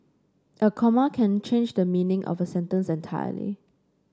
a comma can change the meaning of a sentence entirely